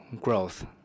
growth